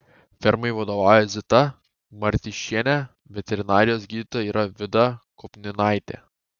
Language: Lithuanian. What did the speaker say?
fermai vadovauja zita martyšienė veterinarijos gydytoja yra vida kopninaitė